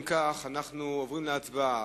אם כך, אנחנו עוברים להצבעה.